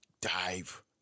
Dive